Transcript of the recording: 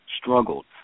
struggled